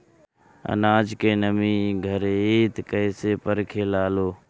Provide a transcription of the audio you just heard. आनाज के नमी घरयीत कैसे परखे लालो?